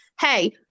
hey